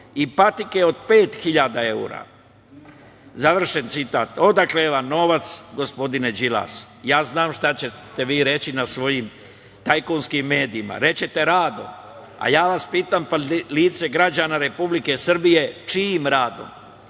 i patike od pet hiljada evra, završen citat. Odakle vam novac, gospodine Đilas? Ja znam šta ćete vi reći na svojim tajkunskim medijima. Reći ćete – radom, a ja vas pitam – lice građana Republike Srbije, čijim radom,